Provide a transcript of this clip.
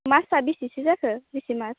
मासा बेसेसो जाखो बेसे मास